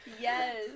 Yes